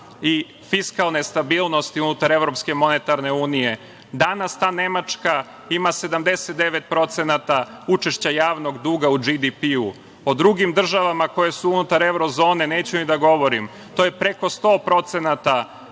i fiskalne stabilnosti unutar Evropske monetarne unije, danas ta Nemačka ima 79% učešća javnog duga u BDP-u. O drugim državama koje su unutar evro zone, neću ni da govorim. To je preko 100%,